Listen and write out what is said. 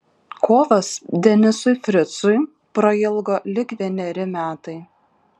kovas denisui fricui prailgo lyg vieneri metai